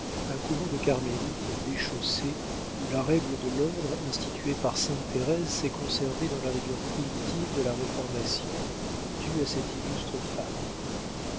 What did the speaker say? un couvent de carmélites déchaussées où la règle de l'ordre institué par sainte thérèse s'est conservée dans la rigueur primitive de la réformation due à cette illustre